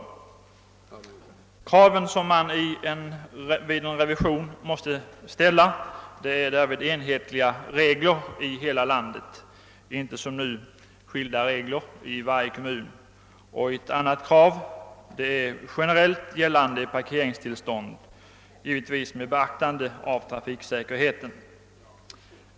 De krav som man vid en revision av bestämmelserna måste uppställa är enhetliga regler i hela landet, inte som nu skiida regler i olika kommuner. Ett annat krav är generellt gällande parkeringstillstånd, givetvis med beaktande av trafiksäkerheten.